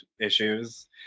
issues